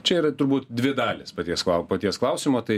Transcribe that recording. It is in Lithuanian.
čia yra turbūt dvi dalys paties klau paties klausimo tai